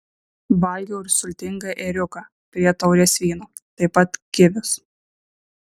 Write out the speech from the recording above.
valgiau ir sultingą ėriuką prie taurės vyno taip pat kivius